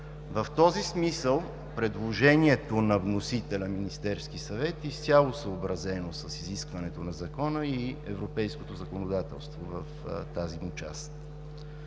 В този смисъл предложението на вносителя – Министерския съвет, изцяло е съобразено с изискването на Закона и европейското законодателство в тази му част.